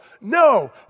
No